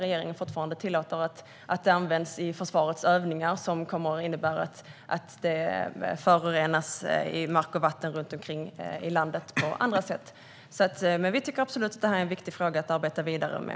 Regeringen tillåter fortfarande att det används i försvarets övningar, vilket innebär att mark och vatten förorenas runt om i landet. Vi tycker absolut att detta är en viktig fråga att arbeta vidare med.